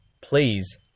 please